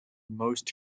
most